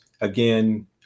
again